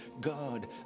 God